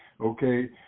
Okay